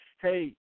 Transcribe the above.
hey